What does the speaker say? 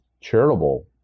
charitable